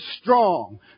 strong